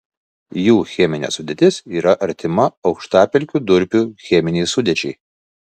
jų cheminė sudėtis yra artima aukštapelkių durpių cheminei sudėčiai